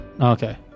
Okay